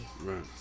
Right